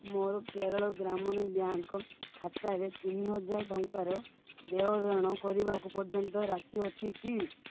ମୋର କେରଳ ଗ୍ରାମଣି ବ୍ୟାଙ୍କ୍ ଖାତାରେ ତିନି ହଜାର ଟଙ୍କାର ଦେୟରେଣ କରିବାକୁ ପର୍ଯ୍ୟନ୍ତ ରାଶି ଅଛି କି